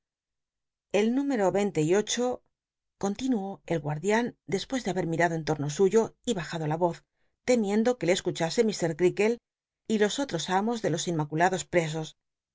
el número vein te y ocho continuó el guat dian dcspues de haber mirado en lomo suyo y bajado la oz temiendo que le escuchase mr creakle y los otros amos de los inmaculados presos